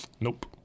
nope